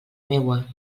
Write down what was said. meua